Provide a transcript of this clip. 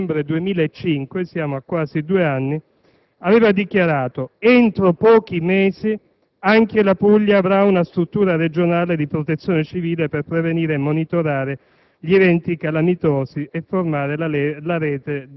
Lo stesso Vendola, in data 10 novembre 2005, quasi due anni fa, aveva dichiarato: «Entro pochi mesi anche la Puglia avrà un struttura regionale di protezione civile per prevenire e monitorare